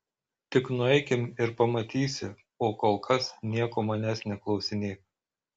tik nueikim ir pamatysi o kol kas nieko manęs neklausinėk